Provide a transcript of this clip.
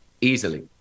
easily